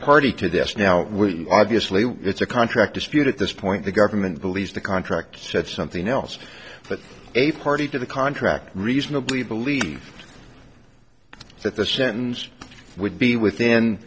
party to this now obviously it's a contract dispute at this point the government believes the contract said something else but a party to the contract reasonably believe that the sentence would be within